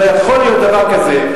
לא יכול להיות דבר כזה,